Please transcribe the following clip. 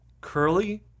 curly